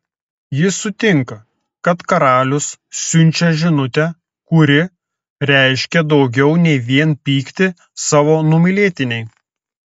ji sutinka kad karalius siunčia žinutę kuri reiškia daugiau nei vien pyktį savo numylėtinei